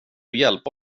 hjälpa